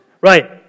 Right